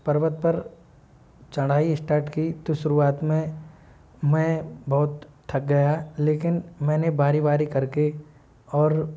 पर्वत पर चढ़ाई इस्टार्ट की तो शुरुआत में मैं बहुत थक गया लेकिन मैंने बारी बारी कर के और